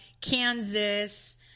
Kansas